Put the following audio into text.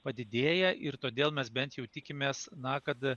padidėję ir todėl mes bent jau tikimės na kad